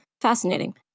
Fascinating